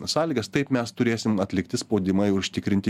sąlygas taip mes turėsim atlikti spaudimą ir užtikrinti